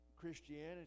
Christianity